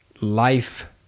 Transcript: life